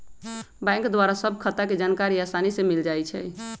bank द्वारा सभ खता के जानकारी असानी से मिल जाइ छइ